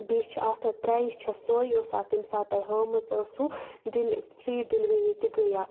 بیٚیہِ چھِ اتھ پرایس چھِ سوٚے یۄس اَتھ تمہِ ساتہٕ تۄہہِ ہٲومٕژ ٲسوٕ ڈیٚلِ فری ڈیٚلِؤری تہِ گٔے اتھ